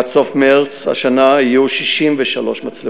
עד סוף מרס השנה יהיו 63 מצלמות.